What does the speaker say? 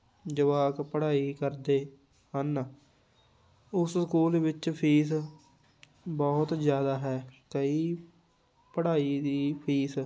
ਜਵਾਕ ਪੜ੍ਹਾਈ ਕਰਦੇ ਹਨ ਉਸ ਸਕੂਲ ਵਿੱਚ ਫੀਸ ਬਹੁਤ ਜ਼ਿਆਦਾ ਹੈ ਕਈ ਪੜ੍ਹਾਈ ਦੀ ਫੀਸ